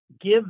give